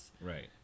right